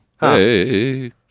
Hey